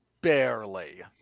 barely